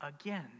again